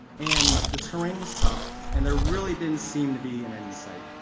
and the terrain was tough and there really didn't seem to be an end in sight.